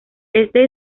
este